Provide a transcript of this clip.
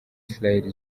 israheli